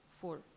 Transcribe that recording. Four